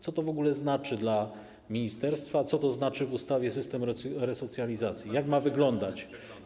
Co to w ogóle znaczy dla ministerstwa, co to znaczy w ustawie system resocjalizacji, jak ma wyglądać?